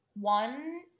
One